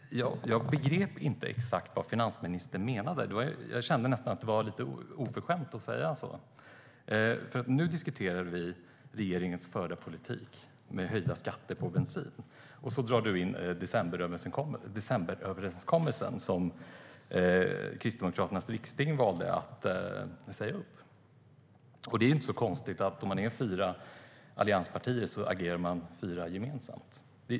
Fru talman! Jag begrep inte exakt vad finansministern menade. Jag kände nästan att det var lite oförskämt att säga som hon gjorde. Nu diskuterar vi regeringens förda politik med höjda skatter på bensin, och så drar du in decemberöverenskommelsen som Kristdemokraternas riksting valde att säga upp. Det är inte så konstigt att fyra allianspartier agerar gemensamt.